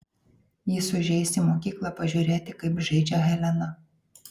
jis užeis į mokyklą pažiūrėti kaip žaidžia helena